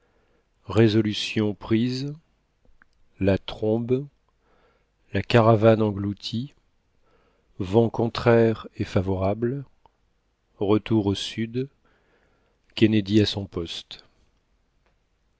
résolution prise la trombe la caravane engloutie vent contraire et favorable retour au sud kennedy à son poste